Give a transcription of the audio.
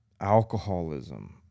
alcoholism